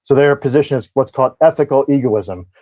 so their position is what's called ethical egoism,